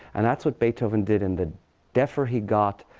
and that's what beethoven did. and the deafer he got,